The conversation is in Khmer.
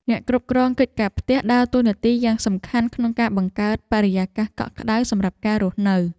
អ្នកគ្រប់គ្រងកិច្ចការផ្ទះដើរតួនាទីយ៉ាងសំខាន់ក្នុងការបង្កើតបរិយាកាសកក់ក្តៅសម្រាប់ការរស់នៅ។